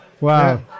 Wow